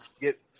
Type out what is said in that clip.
get